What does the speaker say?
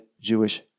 Jewish